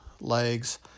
legs